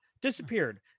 disappeared